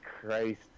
Christ